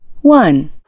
One